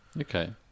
okay